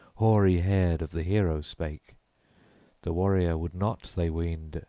hoary-haired, of the hero spake the warrior would not, they weened,